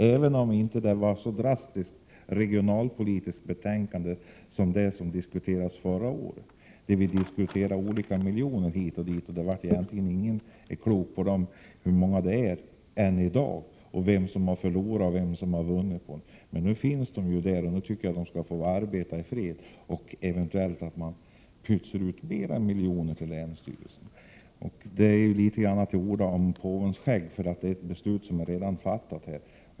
Detta är inte ett så drastiskt regionalpolitiskt betänkande som det vi diskuterade förra året, då vi diskuterade miljoner hit och dit. Egentligen har Prot. 1987/88:127 välingen äni dag blivit riktigt klok på hur många miljoner det är och vem som 26 maj 1988 har förlorat och vem som har vunnit. Nu finns emellertid miljonerna där, och jag tycker att man skall få arbeta i fred och eventuellt få pytsat ut fler miljoner till länsstyrelserna. Detta är litet som att strida om påvens skägg, eftersom det gäller ett beslut som redan är fattat.